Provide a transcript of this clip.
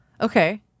Okay